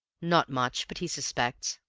not much but he suspects.